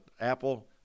Apple